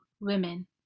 women